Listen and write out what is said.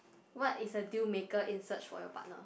what is a deal maker in search for your partner